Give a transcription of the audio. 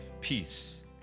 peace